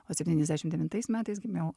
o septyniasdešimt devintais metais gimiau